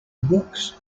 books